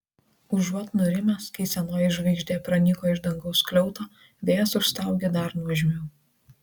užuot nurimęs kai senoji žvaigždė pranyko iš dangaus skliauto vėjas užstaugė dar nuožmiau